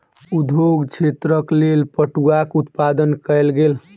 उद्योग क्षेत्रक लेल पटुआक उत्पादन कयल गेल